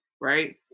Right